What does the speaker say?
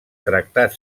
tractat